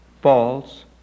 false